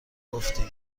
گفتی